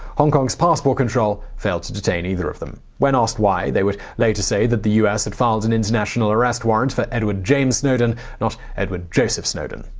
hong kong's passport control failed to detain either of them. when asked why, they would later say the us had filed an international arrest warrant for edward james snowden, not edward joseph snowden.